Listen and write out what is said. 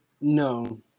no